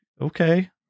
okay